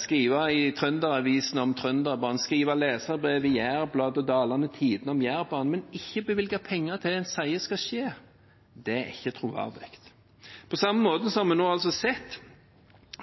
skrive i Trønder-Avisa om Trønderbanen, skrive leserbrev i Jærbladet og Dalane Tidende om Jærbanen, men ikke bevilge penger til det man sier skal skje, det er ikke troverdig. På samme måte har vi nå sett